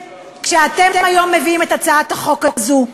כשאתם מביאים היום את הצעת החוק הזו,